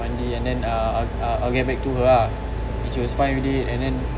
mandi and then uh I'll get back to her ah and she was fine with it and then